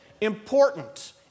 important